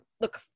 look